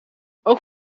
ook